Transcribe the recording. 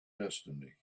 destiny